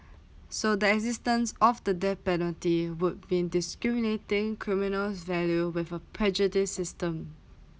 so the existence of the death penalty would be discriminating criminal's value with a prejudice system